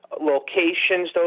locations